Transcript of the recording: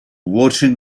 watching